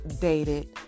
dated